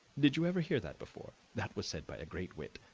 did you ever hear that before? that was said by a great wit,